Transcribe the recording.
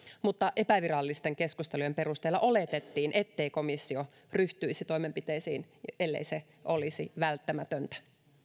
mutta epävirallisten keskustelujen perusteella oletettiin ettei komissio ryhtyisi toimenpiteisiin ellei se olisi välttämätöntä